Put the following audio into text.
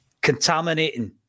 contaminating